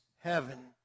heaven